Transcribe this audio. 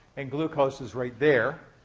and glucose is right there.